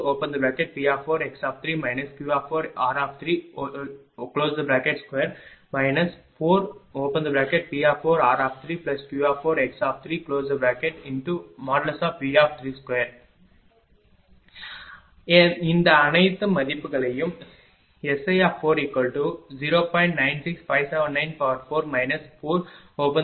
SI4|V|4 4P4x3 Q4r32 4P4r3Q4x3|V|2 இந்த அனைத்து மதிப்புகளையும் SI40